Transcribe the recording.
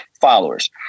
followers